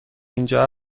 اینجا